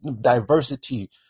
diversity